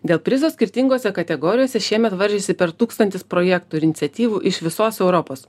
dėl prizo skirtingose kategorijose šiemet varžėsi per tūkstantis projektų ir iniciatyvų iš visos europos